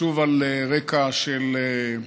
שוב על רקע של,